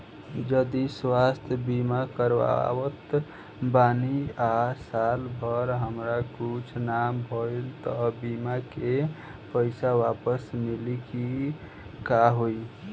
जदि स्वास्थ्य बीमा करावत बानी आ साल भर हमरा कुछ ना भइल त बीमा के पईसा वापस मिली की का होई?